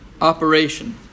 Operation